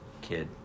kid